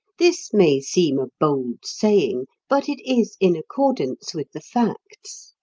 this may seem a bold saying, but it is in accordance with the facts.